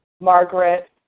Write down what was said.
Margaret